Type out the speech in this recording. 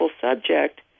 subject